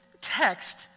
text